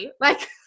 like-